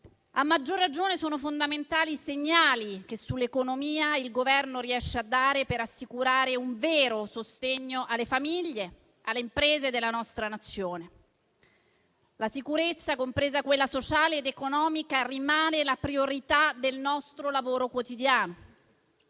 A maggior ragione sono fondamentali i segnali che sull'economia il Governo riesce a dare, per assicurare un vero sostegno alle famiglie e alle imprese della nostra Nazione. La sicurezza, compresa quella sociale ed economica, rimane la priorità del nostro lavoro quotidiano.